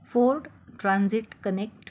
ford transit connect